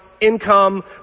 income